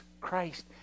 Christ